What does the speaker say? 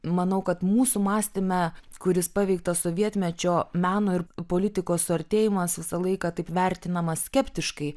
manau kad mūsų mąstyme kuris paveiktas sovietmečio meno ir politikos suartėjimas visą laiką taip vertinamas skeptiškai